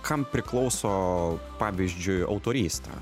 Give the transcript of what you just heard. kam priklauso pavyzdžiui autorystė